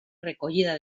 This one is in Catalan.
recollida